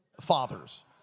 fathers